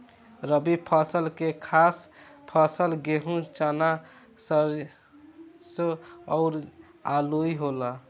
रबी फसल के खास फसल गेहूं, चना, सरिसो अउरू आलुइ होला